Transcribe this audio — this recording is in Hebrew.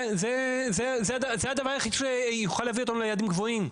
זה הדבר היחיד שיוכל להביא אותנו ליעדים גבוהים.